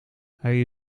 hij